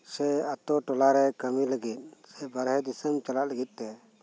ᱥᱮ ᱟᱛᱩᱴᱚᱞᱟᱨᱮ ᱠᱟᱹᱢᱤ ᱞᱟᱹᱜᱤᱫ ᱥᱮ ᱵᱟᱨᱦᱮ ᱫᱤᱥᱟᱹᱢ ᱪᱟᱞᱟᱜ ᱞᱟᱹᱜᱤᱫ ᱛᱮ